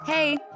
Hey